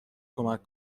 کمک